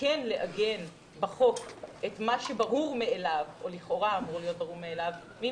ולעגן בחוק את מה שברור מאליו או לכאורה אמור